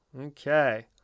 Okay